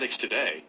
today